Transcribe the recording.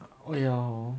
oh ya hor